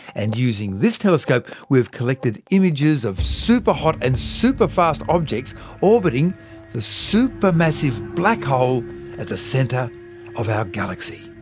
and using this telescope, we've collected images of superhot and superfast objects orbiting the supermassive black hole at the centre of our galaxy.